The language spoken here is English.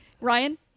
Ryan